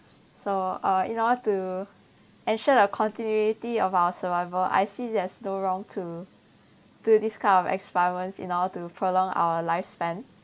so uh in order to ensure the continuity of our survival I see there's no wrong to do this kind of experiments in order to prolong our lifespan